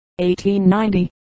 1890